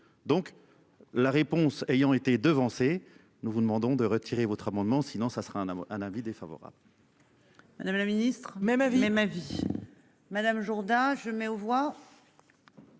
donc la réponse ayant été devancée. Nous vous demandons de retirer votre amendement sinon ça sera un, avoir un avis défavorable.